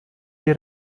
die